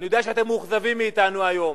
אני יודע שאתם מאוכזבים מאתנו היום,